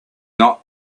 not